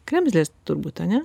kremzlės turbūt ane